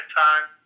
time